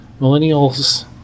millennials